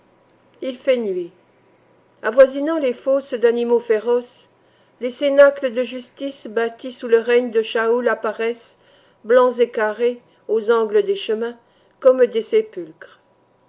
il fait nuit avoisinant les fosses d'animaux féroces les cénacles de justice bâtis sous le règne de schaôul apparaissent blancs et carrés aux angles des chemins comme des sépulcres